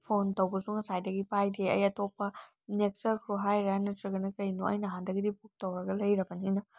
phone ꯇꯧꯕꯁꯨ ꯉꯁꯥꯏꯗꯒꯤ ꯄꯥꯏꯗꯦ ꯑꯩ ꯑꯇꯣꯞꯄ ꯅꯦꯛꯆꯈ꯭ꯔꯣ ꯍꯥꯏꯔ ꯅꯠꯇ꯭ꯔꯒꯅ ꯀꯩꯅꯣ ꯑꯩ ꯅꯍꯥꯟꯗꯒꯤꯗꯤ ꯕꯨꯛ ꯇꯧꯔꯒ ꯂꯩꯔꯕꯅꯤꯅ